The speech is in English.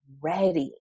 ready